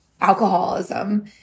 alcoholism